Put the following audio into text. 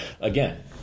again